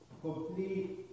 complete